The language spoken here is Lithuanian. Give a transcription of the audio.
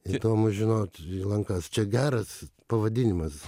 įdomu žinot lankas čia geras pavadinimas